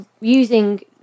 using